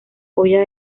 hoya